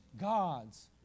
God's